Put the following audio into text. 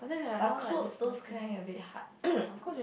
but clothes those kind a bit hard